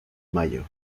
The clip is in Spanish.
mayo